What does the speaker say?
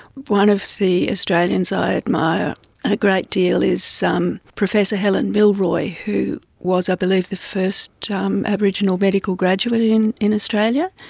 one of the australians i admire a great deal is professor helen milroy who was i believe the first um aboriginal medical graduate in in australia.